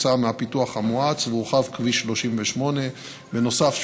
וכתוצאה מהפיתוח המואץ הורחב כביש 38. בנוסף,